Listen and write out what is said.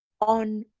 on